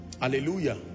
hallelujah